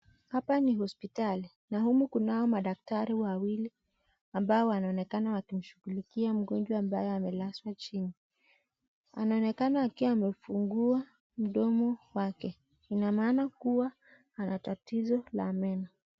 Hapa ni hospitali, na humu kunao madaktari wawili, ambao wanaonekana wakimshugulikia mgonjwa ambaye amelazwa chini, anaonekana akiwa amefungua mdomo wake ina maana kuwa ana tatizo la meno.